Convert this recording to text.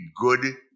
good